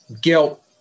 guilt